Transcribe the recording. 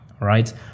Right